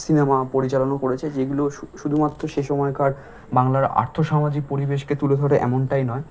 cinema পরিচালনা করেছে যেগুলো শু শুধুমাত্র সেসময়কার বাংলার আর্থসামাজিক পরিবেশকে তুলে ধরে এমনটাই নয়